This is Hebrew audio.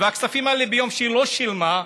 והכספים האלה, ביום שהיא לא שילמה,